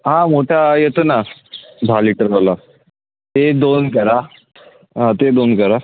हां मोठा येतो ना दहा लीटरवाला ते दोन करा हां ते दोन करा